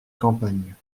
campagne